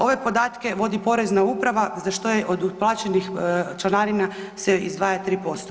Ove podatke vodi Porezna uprava za što je se od uplaćenih članarina izdvaja 3%